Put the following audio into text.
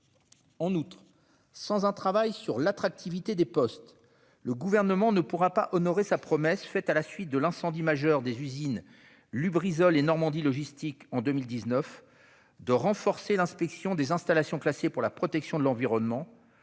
En outre, sans un travail sur l'attractivité des postes, le Gouvernement ne pourra pas honorer sa promesse, faite à la suite de l'incendie majeur des usines Lubrizol et Normandie Logistique en 2019, de renforcer l'inspection des ICPE, alors que les enjeux sont extrêmement